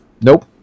Nope